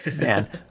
Man